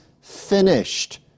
finished